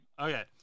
okay